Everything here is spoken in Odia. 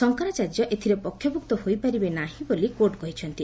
ଶଙ୍କରାଚାର୍ଯ୍ୟ ଏଥିରେ ପକ୍ଷଭୁକ୍ତ ହୋଇପାରିବେ ନାହିଁ ବୋଲି କୋର୍ଟ କହିଛନ୍ତି